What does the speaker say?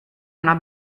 una